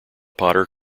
potter